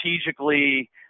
strategically